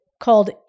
called